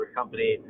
company